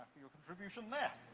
your contribution there.